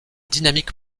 dynamique